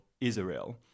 Israel